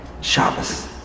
Shabbos